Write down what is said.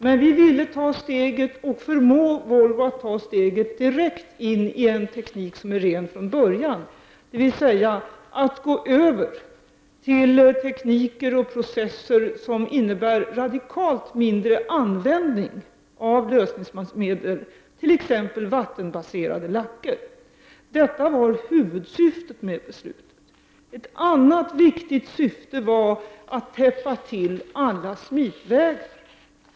Men regeringen ville förmå Volvo att ta steget direkt in i en teknik som är ren från början, dvs. att gå över till tekniker och processer som innebär en radikalt mindre användning av lösningsmedel och att även mer gå över till exempelvis vattenbaserade lacker. Detta var huvudsyftet med beslutet. i Ett annat viktigt syfte var att täppa till alla smitvägar.